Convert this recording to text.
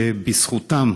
שבזכותם,